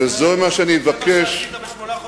זה מה שעשית בשמונה חודשים?